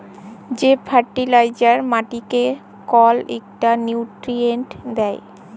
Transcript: যে ফার্টিলাইজার মাটিকে কল ইকটা লিউট্রিয়েল্ট দ্যায়